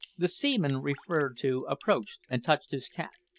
the seaman referred to approached and touched his cap.